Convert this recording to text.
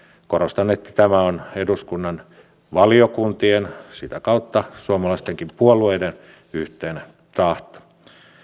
korostan että tämä on eduskunnan valiokuntien ja sitä kautta suomalaisten puolueidenkin yhteinen tahto